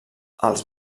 els